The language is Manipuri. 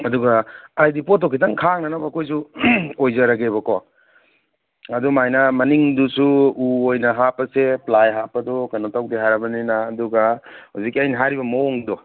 ꯑꯗꯨꯒ ꯍꯥꯏꯗꯤ ꯄꯣꯠꯇꯣ ꯈꯤꯇꯪ ꯈꯥꯡꯅꯅꯕ ꯑꯩꯈꯣꯏꯖꯨ ꯑꯣꯏꯖꯔꯒꯦꯕꯀꯣ ꯑꯗꯨꯃꯥꯏꯅ ꯃꯅꯤꯡꯗꯨꯁꯨ ꯎ ꯑꯣꯏꯅ ꯍꯥꯞꯄꯁꯦ ꯄ꯭ꯂꯥꯏ ꯍꯥꯞꯄꯗꯣ ꯀꯩꯅꯣ ꯇꯧꯗꯦ ꯍꯥꯏꯔꯕꯅꯤꯅ ꯑꯗꯨꯒ ꯍꯧꯖꯤꯛꯀꯤ ꯑꯩꯅ ꯍꯥꯏꯔꯤꯕ ꯃꯋꯣꯡꯗꯣ